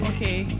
Okay